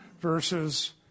versus